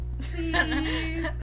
Please